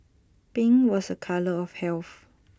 pink was A colour of health